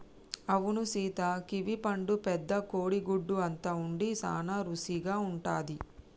అవును సీత కివీ పండు పెద్ద కోడి గుడ్డు అంత ఉండి సాన రుసిగా ఉంటది